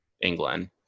England